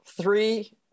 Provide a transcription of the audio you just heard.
three